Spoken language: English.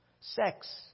sex